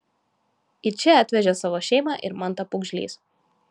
į čia atvežė savo šeimą ir mantą pūgžlys